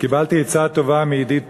קיבלתי עצה טובה מידיד טוב,